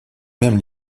même